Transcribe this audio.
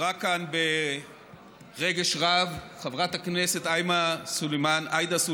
דיברה כאן ברגש רב חברת הכנסת עאידה סלימאן